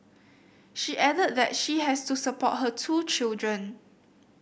she added that she has to support her two children